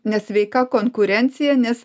nesveika konkurencija nes